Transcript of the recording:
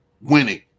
winning